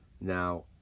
Now